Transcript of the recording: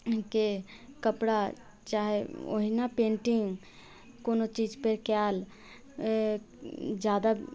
के कपड़ा चाहे ओहिना पेंटिंग कोनो चीजपर कयल ज्यादा